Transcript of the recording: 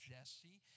Jesse